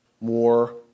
more